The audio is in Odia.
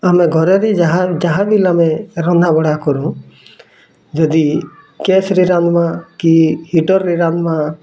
ଆମେ ଘରେ ବିଲ୍ ଯାହା ଯାହା ବିଲ୍ ଆମେ ରନ୍ଧା ବଢ଼ା କରୁ ଯଦି ଗ୍ୟାସ୍ରେ ରାନ୍ଧ୍ମା କି ହିଟର୍ରେ ରାନ୍ଧ୍ମା